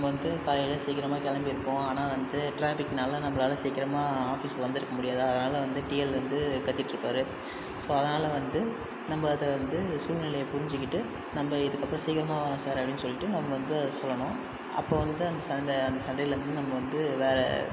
நம்ம வந்து காலையில் சீக்கரமாக கிளம்பிருப்போம் ஆனால் வந்து ட்ராஃபிக்னால நம்மளால சீக்கரமாக ஆஃபிஸ் வந்திருக்க முடியாது அதனால் வந்து டிஎல் வந்து கத்திகிட்ருப்பாரு ஸோ அதனால் வந்து நம்ம அதை வந்து சூழ்நிலையை புரிஞ்சிகிட்டு நம்ம இதுக்கப்பறம் சீக்கிரமா வரோம் சார் அப்படினு சொல்லிட்டு நம்ம வந்து அதை சொல்லணும் அப்போ வந்து அந்த சண் அந்த சண்டைலருந்து நம்ம வந்து வேற